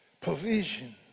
provision